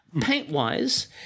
Paint-wise